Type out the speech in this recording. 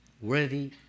Worthy